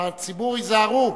הציבור, היזהרו.